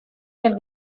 del